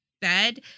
bed